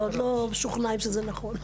אנחנו עוד לא משוכנעים שזה נכון.